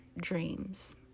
dreams